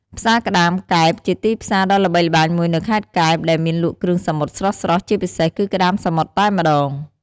ផ្សារក្តាម កែប ជាទីផ្សារដ៏ល្បីល្បាញមួយនៅខេត្តកែប ដែលមានលក់គ្រឿងសមុទ្រស្រស់ៗ ជាពិសេសគឺក្តាមសមុទ្រតែម្ដង។